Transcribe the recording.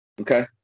Okay